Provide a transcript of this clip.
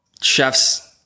chef's